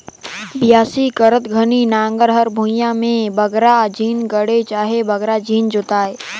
बियासी करत घनी नांगर हर भुईया मे बगरा झिन गड़े चहे बगरा झिन जोताए